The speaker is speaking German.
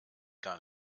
gar